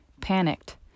Panicked